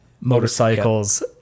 motorcycles